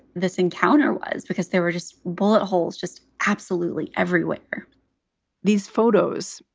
this encounter was because there were just bullet holes just absolutely everywhere these photos,